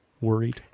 worried